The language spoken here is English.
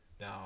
now